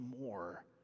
more